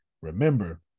remember